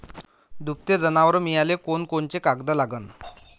दुभते जनावरं मिळाले कोनकोनचे कागद लागन?